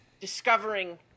discovering